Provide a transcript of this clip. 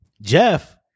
Jeff